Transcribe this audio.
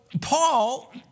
Paul